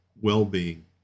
well-being